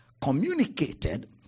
communicated